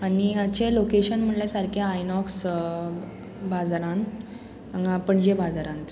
आनी हाचें लोकेशन म्हणल्यार सारकें आयनॉक्स बाजारांत हांगा पणजे बाजारांत